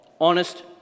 honest